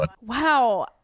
Wow